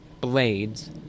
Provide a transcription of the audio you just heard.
blades